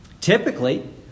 Typically